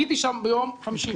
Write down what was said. הייתי שם ביום חמישי,